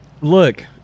look